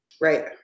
Right